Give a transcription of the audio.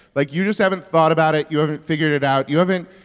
like, you just haven't thought about it. you haven't figured it out. you haven't,